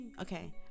okay